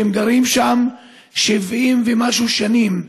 גרים שם 70 ומשהו שנים,